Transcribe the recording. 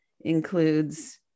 includes